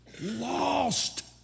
Lost